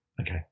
okay